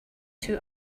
two